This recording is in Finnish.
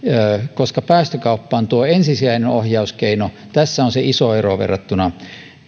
koska päästökauppa on ensisijainen ohjauskeino tässä on se iso ero verrattuna